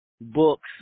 books